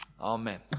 Amen